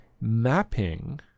mapping